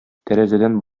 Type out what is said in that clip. тәрәзәдән